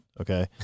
Okay